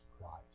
Christ